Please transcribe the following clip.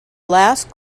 last